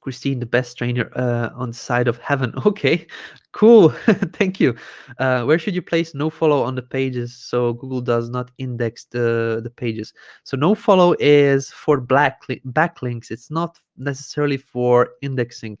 christine the best trainer ah on the side of heaven okay cool thank you ah where should you place no follow on the pages so google does not index the the pages so no follow is for black backlinks it's not necessarily for indexing